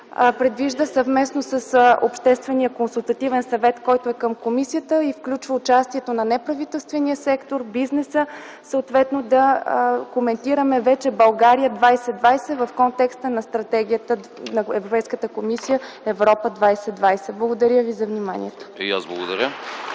предвижда съвместно с Обществения консултативен съвет, който е към комисията и включва участието на неправителствения сектор, бизнеса, съответно да коментираме вече „България 2020” в контекста на стратегията на Европейската комисия „Европа 2020”. Благодаря ви за вниманието. (Ръкопляскания